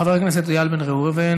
חבר הכנסת איל בן ראובן,